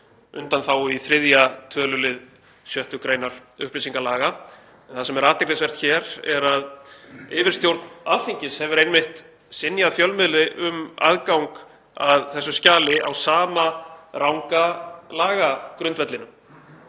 undanþágu í 3. tölulið 6. gr. upplýsingalaga. Það sem er athyglisvert hér er að yfirstjórn Alþingis hefur einmitt synjað fjölmiðli um aðgang að þessu skjali á sama ranga lagagrundvellinum.